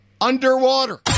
underwater